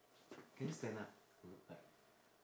can you stand up and look back